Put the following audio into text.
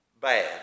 bad